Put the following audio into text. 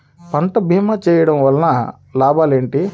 పంట భీమా చేయుటవల్ల లాభాలు ఏమిటి?